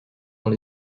dans